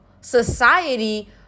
society